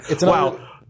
Wow